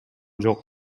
жок